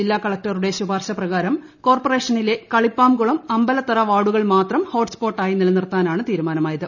ജില്ലാ കളക്ടറുടെ ശുപാർശ പ്രകാരം കോർപ്പറേഷനിലെ കളിപ്പാംകുളം അമ്പലത്തറ വാർഡുകൾ മാത്രം ഹോട്ട്സ്പോട്ടായി നിലനിർത്താനാണ് തീരുമാനമായത്